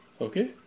Okay